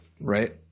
right